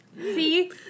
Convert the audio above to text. See